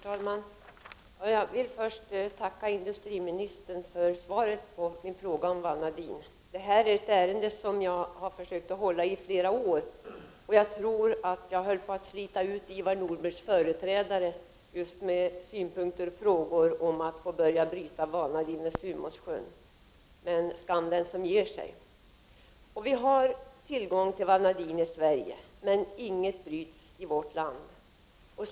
Herr talman! Jag vill först tacka industriministern för svaret på min fråga om vanadin. Det här är ett ärende som jag ägnat mig åt i flera år. Jag tror att jag höll på att slita ut Ivar Nordbergs företrädare just med synpunkter på och frågor om att få bryta vanadin i Sumåssjön. Men skam den som ger sig. Vi har tillgång till vanadin i Sverige, men inget bryts i vårt land.